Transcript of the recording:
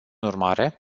urmare